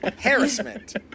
Harassment